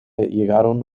llegaron